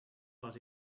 what